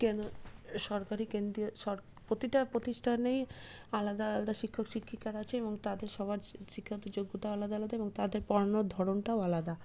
কেন সরকারি কেন্দ্রীয় প্রতিটা প্রতিষ্ঠানেই আলাদা আলাদা শিক্ষক শিক্ষিকারা আছে এবং তাদের সবার শিক্ষাগত যোগ্যতা আলাদা আলাদা এবং তাদের পড়ানোর ধরণটাও আলাদা